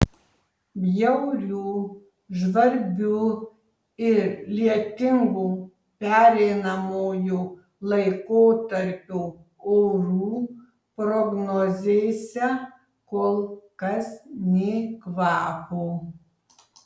bjaurių žvarbių ir lietingų pereinamojo laikotarpio orų prognozėse kol kas nė kvapo